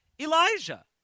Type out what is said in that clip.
Elijah